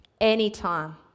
Anytime